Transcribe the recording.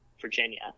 Virginia